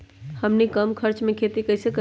हमनी कम खर्च मे खेती कई से करी?